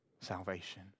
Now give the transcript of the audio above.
salvation